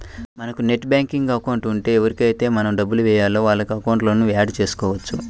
మనకు net banking account ఉంటే ఎవరికైతే మనం డబ్బులు వేయాలో వాళ్ళ అకౌంట్లను యాడ్ చేసుకోవచ్చు